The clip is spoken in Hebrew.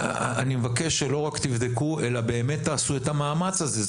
אני מבקש שלא רק תבדקו אלא באמת תעשו את המאמץ הזה.